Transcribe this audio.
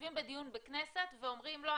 יושבים בדיון בכנסת ואומרים: לא,